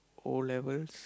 O-levels